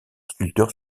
sculpteur